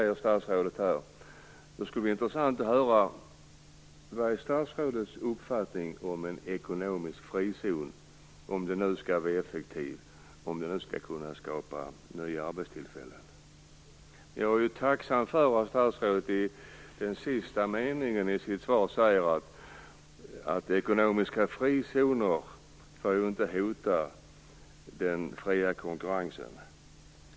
Det skulle vara intressant att höra vilken statsrådets uppfattning om ekonomiska frizoner är. Systemet skall ju vara effektivt och skapa nya arbetstillfällen. Jag är tacksam för att statsrådet i den sista meningen i sitt svar säger att ekonomiska frizoner inte får hota den fria konkurrensen.